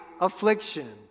affliction